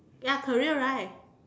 ya career right